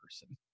person